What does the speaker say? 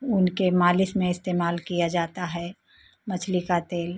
उनके मालिश में इस्तेमाल किया जाता है मछली का तेल